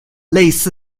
类似